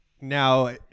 now